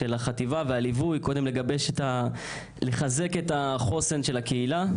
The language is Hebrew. החטיבה והליווי קודם לחזק את החוסן של הקהילה.